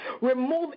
Remove